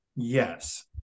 yes